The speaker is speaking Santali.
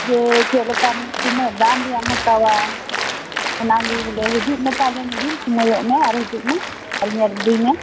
ᱡᱮ ᱪᱮᱫ ᱞᱮᱠᱟᱱᱟ ᱛᱤᱱᱟᱹ ᱫᱟᱢ ᱨᱮᱭᱟᱜ ᱮᱢ ᱦᱟᱛᱟᱣᱟ ᱚᱱᱟ ᱜᱮ ᱵᱚᱞᱮ ᱦᱤᱡᱩᱜ ᱢᱮ ᱛᱟᱦᱚᱞᱮ ᱢᱤᱫ ᱫᱤᱱ ᱥᱳᱢᱚᱭᱚᱜ ᱢᱮ ᱟᱨ ᱦᱤᱡᱩᱜ ᱢᱮ ᱟᱨ ᱧᱮᱞ ᱤᱫᱤᱢᱮ